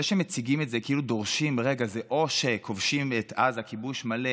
זה שמציגים את זה כאילו דורשים ברגע זה או שכובשים את עזה כיבוש מלא